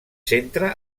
centre